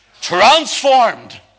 transformed